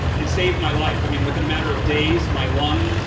it saved my life. i mean, within a matter of days, my lung,